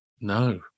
No